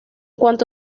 cuanto